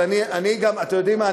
אתם יודעים מה?